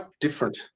different